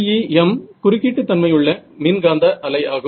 TEM குறுக்கீட்டு தன்மையுள்ள மின்காந்த அலை ஆகும்